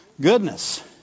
Goodness